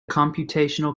computational